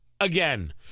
again